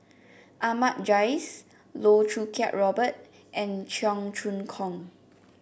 Ahmad Jais Loh Choo Kiat Robert and Cheong Choong Kong